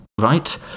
Right